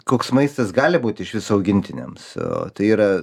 koks maistas gali būt išvis augintiniams o tai yra